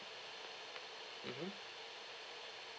mmhmm